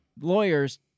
lawyer's—